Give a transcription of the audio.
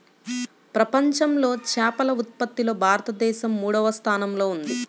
ప్రపంచంలో చేపల ఉత్పత్తిలో భారతదేశం మూడవ స్థానంలో ఉంది